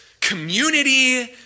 community